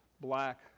black